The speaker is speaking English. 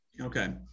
Okay